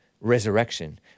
Resurrection